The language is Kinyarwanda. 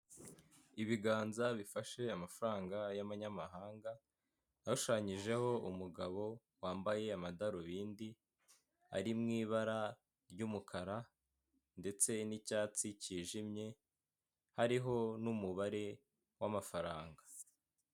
Ibiganza bifashe amafaranga y'abanyamahanga ashushanyijeho umugabo wambaye amadarubindi, ari mu ibara ry'umukara ndetse n'icyatsi kijimye hariho n'umubare w'amafaranga.